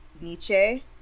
Nietzsche